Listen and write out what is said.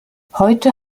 heute